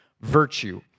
virtue